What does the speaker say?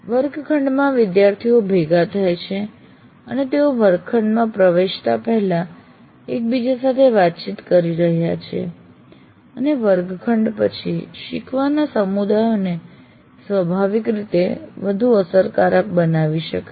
વર્ગખંડમાં વિદ્યાર્થીઓ ભેગા થાય છે અને તેઓ વર્ગખંડમાં પ્રવેશતા પહેલા એકબીજા સાથે વાતચીત કરી રહ્યા છે અને વર્ગખંડ પછી શીખનારા સમુદાયોને સ્વાભાવિક રીતે અને વધુ અસરકારક રીતે બનાવી શકાય છે